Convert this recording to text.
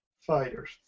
fighters